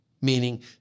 meaning